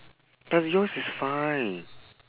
but yours is fine